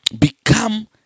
Become